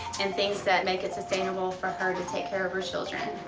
and things that make it sustainable for her to take care of her children.